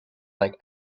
like